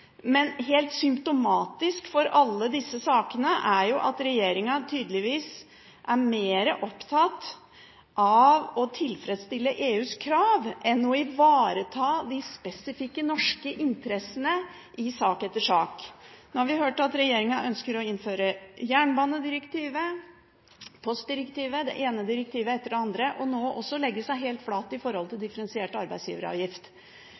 Men helt symptomatisk for alle disse sakene er at regjeringen tydeligvis er mer opptatt av å tilfredsstille EUs krav enn å ivareta de spesifikke norske interessene i sak etter sak. Nå har vi hørt at regjeringen ønsker å innføre jernbanedirektivet, postdirektivet og det ene direktivet etter det andre, og nå også legger seg helt